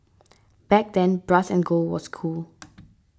back then brass and gold was cool